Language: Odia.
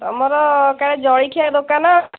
ତମର କାଳେ ଜଳଖିଆ ଦୋକାନ